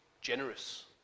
generous